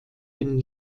den